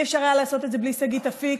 אי-אפשר היה לעשות את זה בלי שגית אפיק,